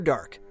Dark